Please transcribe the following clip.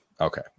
Okay